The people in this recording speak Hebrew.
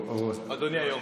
אדוני היושב-ראש.